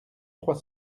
trois